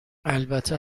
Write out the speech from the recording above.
البته